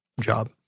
job